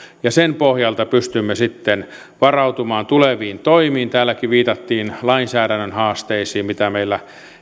sen pohjalta pystymme sitten varautumaan tuleviin toimiin täälläkin viitattiin lainsäädännön haasteisiin mitä meillä